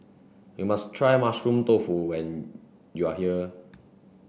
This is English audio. you must try Mushroom Tofu when you are here